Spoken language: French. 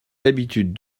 habitudes